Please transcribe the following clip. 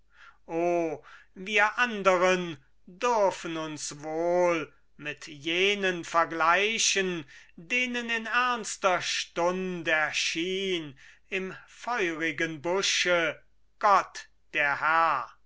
wir anderen dürfen uns wohl mit jenen vergleichen denen in ernster stund erschien im feurigen busche gott der herr